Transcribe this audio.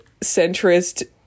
centrist